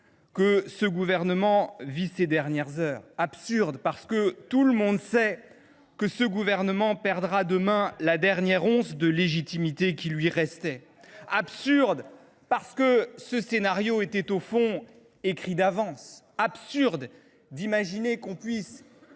que ce gouvernement vit ses dernières heures. Absurde, parce que tout le monde sait que ce gouvernement perdra, demain, la dernière once de légitimité qui lui restait. Alors taisez vous ! Absurde, parce que ce scénario était au fond écrit d’avance. Il est absurde aussi d’imaginer que l’on puisse